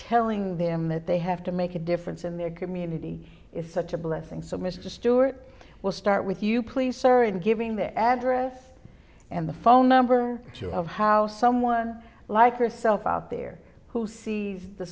telling them that they have to make a difference in their community is such a blessing so mr stewart will start with you please sir and giving the address and the phone number of how someone like yourself out there who sees the